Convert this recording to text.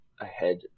ahead